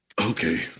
Okay